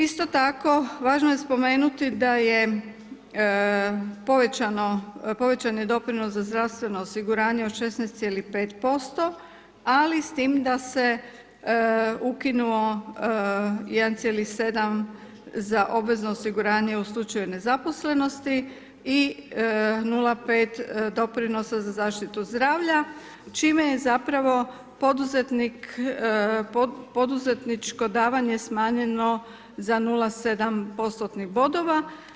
Isto tako važno je spomenuti da je povećano, povećan je doprinos za zdravstveno osiguranje od 16,5% ali s time da se ukinuo 1,7 za obvezno osiguranje u slučaju nezaposlenosti i 0,5 doprinosa za zaštitu zdravlja čime je zapravo poduzetnik, poduzetničko davanje smanjeno za 0,7%-tnih bodova.